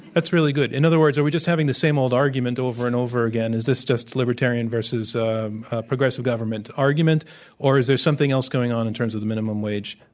that's really good. in other words, are we just having the same old argument over and over again? is this just libertarian versus progressive government argument or is there something else going on, in terms of the minimum wage?